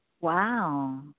Wow